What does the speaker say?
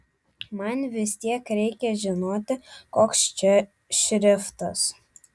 man vis tiek reikia žinoti koks čia šriftas